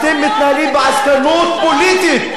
אתם מתנהלים בעסקנות פוליטית.